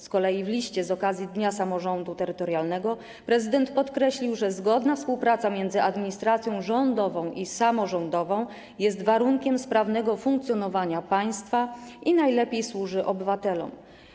Z kolei w liście z okazji Dnia Samorządu Terytorialnego prezydent podkreślił, że zgodna współpraca między administracją rządową i samorządową jest warunkiem sprawnego funkcjonowania państwa i najlepiej służy obywatelom.